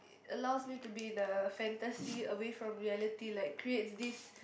it allows me to be in a fantasy away from reality like creates this